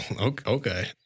Okay